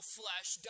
flesh